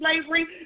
slavery